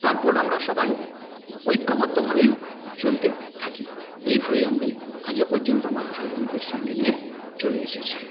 তারপর আমরা সবাই ঐক্যবদ্ধভাবেই চলতে থাকি এইভাবেই আজও পর্যন্ত আমার ভাইবোনেদের সঙ্গে নিয়ে চলে এসেছি